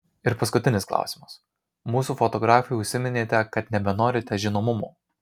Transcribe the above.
ir paskutinis klausimas mūsų fotografui užsiminėte kad nebenorite žinomumo